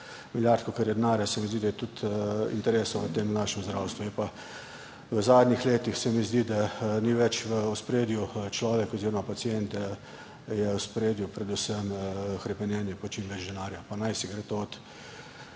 milijard, kolikor je denarja, se mi zdi, da je tudi interesov v tem našem zdravstvu. V zadnjih letih se mi zdi, da ni več v ospredju človek oziroma pacient, je v ospredju predvsem hrepenenje po čim več denarja, pa naj gre za